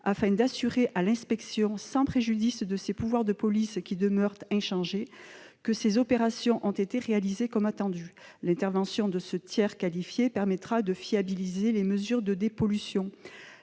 afin d'assurer à l'inspection, sans préjudice de ses pouvoirs de police, qui demeurent inchangés, que ces opérations ont été réalisées comme attendu. L'intervention de ce tiers qualifié permettra de fiabiliser les mesures de dépollution.